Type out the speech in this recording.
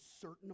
certain